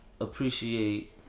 appreciate